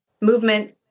movement